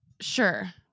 Sure